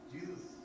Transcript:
Jesus